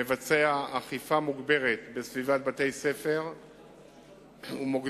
מבצע אכיפה מוגברת בסביבת בתי-ספר ומוקדי